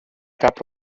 cap